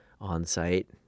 on-site